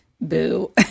Boo